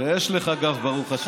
ויש לך גב, ברוך השם.